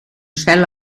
cel